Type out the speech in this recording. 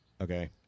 Okay